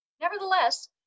Nevertheless